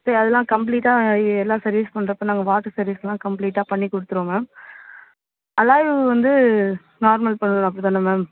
சரி அது எல்லாம் கம்ப்ளீட்டாக எல்லாம் சர்வீஸ் பண்றப்போ நாங்கள் வாட்டர் சர்வீஸ் எல்லாம் கம்ப்ளீட்டாக பண்ணி கொடுத்துடுவோம் மேம் வந்து நார்மல் பண்ணனும் அப்படி தானே மேம்